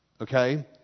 okay